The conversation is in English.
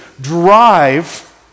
drive